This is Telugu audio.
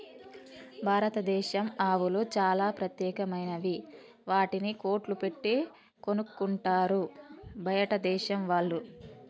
భారతదేశం ఆవులు చాలా ప్రత్యేకమైనవి వాటిని కోట్లు పెట్టి కొనుక్కుంటారు బయటదేశం వాళ్ళు